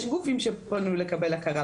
יש גופים שפנו לקבל הכרה,